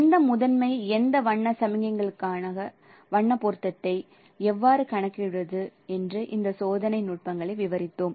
எந்த முதன்மை எந்த வண்ண சமிக்ஞைக்கான வண்ண பொருத்தத்தை எவ்வாறு கணக்கிடுவது என்று இந்த சோதனை நுட்பங்களை விவரித்தோம்